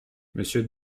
monsieur